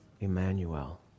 Emmanuel